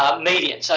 um median. so